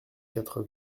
quatre